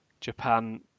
Japan